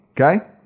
okay